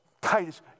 Titus